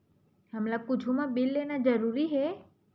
हमला कुछु मा बिल लेना जरूरी हे?